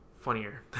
funnier